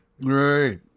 Right